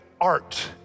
art